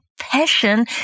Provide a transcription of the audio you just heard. passion